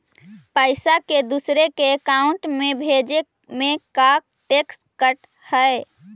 पैसा के दूसरे के अकाउंट में भेजें में का टैक्स कट है?